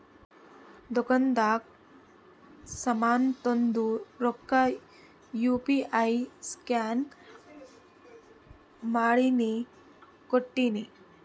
ದುಕಾಂದಾಗ್ ಸಾಮಾನ್ ತೊಂಡು ರೊಕ್ಕಾ ಯು ಪಿ ಐ ಸ್ಕ್ಯಾನ್ ಮಾಡಿನೇ ಕೊಟ್ಟಿನಿ